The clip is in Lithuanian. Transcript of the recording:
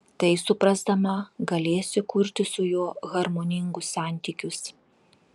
tai suprasdama galėsi kurti su juo harmoningus santykius